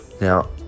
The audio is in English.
Now